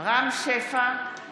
רם שפע,